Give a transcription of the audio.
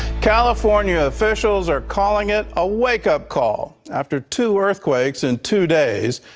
california officials are calling it a wakeup call after two earthquakes in two days,